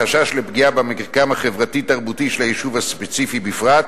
חשש לפגיעה במרקם החברתי-תרבותי של היישוב הספציפי בפרט,